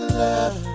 love